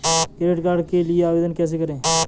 Credit card के लिए आवेदन कैसे करें?